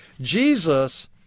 Jesus